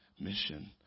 mission